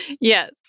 Yes